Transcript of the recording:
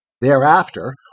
Thereafter